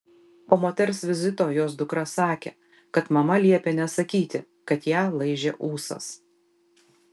po moters vizito jos dukra sakė kad mama liepė nesakyti kad ją laižė ūsas